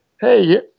hey